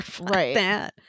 Right